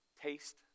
taste